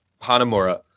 Hanamura